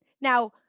Now